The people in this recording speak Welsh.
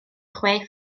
chwe